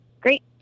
Great